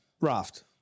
Raft